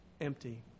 empty